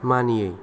मानियै